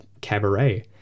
cabaret